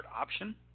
option